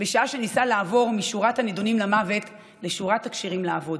בשעה שניסה לעבור משורת הנידונים למוות לשורת הכשירים לעבוד.